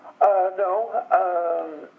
No